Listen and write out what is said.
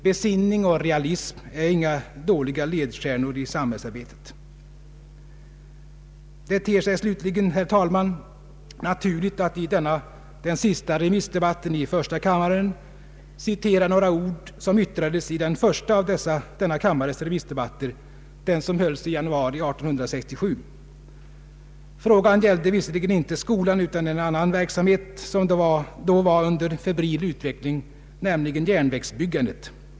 Besinning och realism är inga dåliga ledstjärnor i samhällsarbetet. Det ter sig slutligen, herr talman, naturligt att i denna den sista remissdebatten i första kammaren citera några ord som yttrades i den första av denna kammares remissdebatter, den som hölls i januari 1867. Frågan gällde visserligen inte skolan utan en annan verksamhet som då var under febril utveckling, nämligen järnvägsbyggandet.